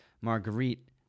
Marguerite